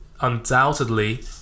undoubtedly